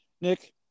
Nick